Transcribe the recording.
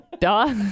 duh